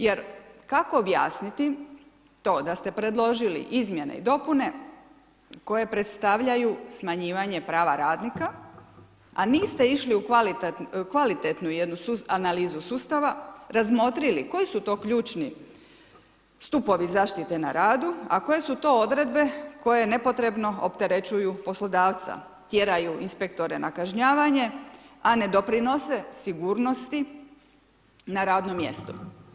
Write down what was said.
Jer kako objasniti to da ste predložili izmjene i dopune koje predstavljaju smanjivanje prava radnika, a niste išli u kvalitetnu jednu analizu sustava razmotrili koji su to ključni stupovi zaštite na radu, a koje su to odredbe koje nepotrebno opterećuju poslodavca, tjeraju inspektore na kažnjavanje a ne doprinose sigurnosti na radnom mjestu.